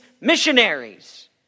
missionaries